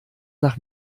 nach